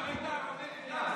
תפסיק להיות פשיסטון קטן,